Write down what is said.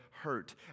hurt